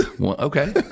Okay